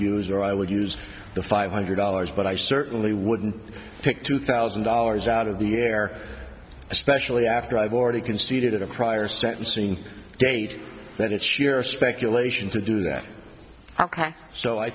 use or i would use the five hundred dollars but i certainly wouldn't pick two thousand dollars out of the air especially after i've already conceded a prior sentencing date that it's sheer speculation to do that ok so i